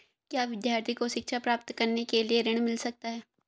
क्या विद्यार्थी को शिक्षा प्राप्त करने के लिए ऋण मिल सकता है?